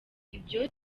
ibyo